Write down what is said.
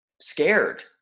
scared